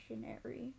dictionary